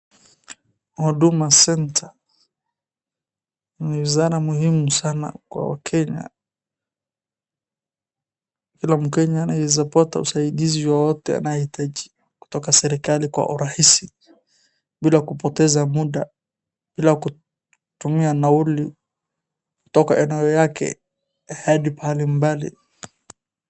Huduma Centre, ni wizara muhimu sana kwa Wakenya. Kila Mkenya anawezapata usaidizi wowote anayehitaji kutoka serikali kwa urahisi, bila kupoteza muda, bila kutumia nauli kutoka eneo yake hadi mahali mbali.